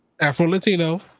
Afro-Latino